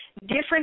different